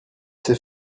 sait